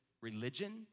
religion